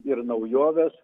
ir naujoves